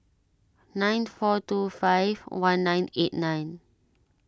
nine four two five one nine eight nine